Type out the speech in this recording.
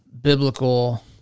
biblical